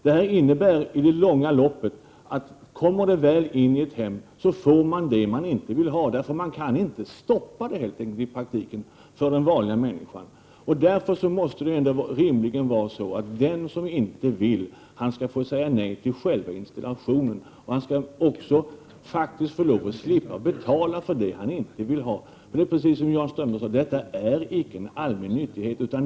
Detta innebär i längden att människor får det som de inte vill ha om utbudet väl kommer in i ett hem, därför att det i praktiken helt enkelt inte är möjligt för den enskilde att stoppa detta. Det måste rimligen vara så att den som inte vill ha utbudet skall få säga nej till själva installationen och också slippa betala för det han inte vill ha. Detta är icke, precis som Jan Strömdahl sade, en allmän nyttighet.